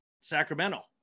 Sacramento